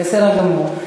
בסדר גמור.